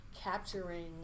capturing